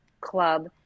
Club